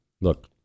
Look